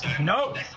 No